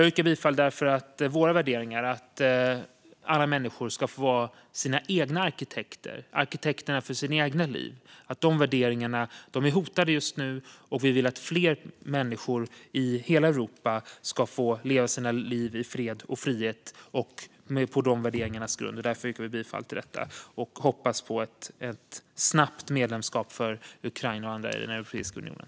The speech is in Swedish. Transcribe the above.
Jag yrkar bifall för att våra värderingar - att alla människor ska få vara sina egna arkitekter, arkitekter för sina egna liv - är hotade just nu. Vi vill att fler människor i hela Europa ska få leva sina liv i fred och frihet och på de värderingarnas grund. Därför yrkar vi bifall till detta och hoppas på ett snabbt medlemskap för Ukraina och andra i Europeiska unionen.